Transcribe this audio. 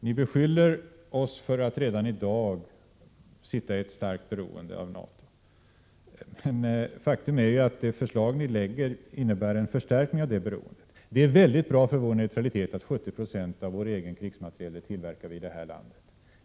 Ni beskyller oss för att redan i dag vara starkt beroende av NATO, men faktum är att ert förslag skulle innebära en förstärkning av det beroendet. Det är mycket bra för vår neutralitet att 70 20 av vår egen krigsmateriel tillverkas i vårt eget land.